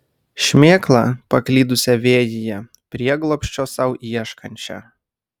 šmėklą paklydusią vėjyje prieglobsčio sau ieškančią